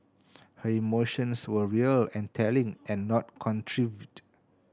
her emotions were real and telling and not contrived